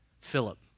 Philip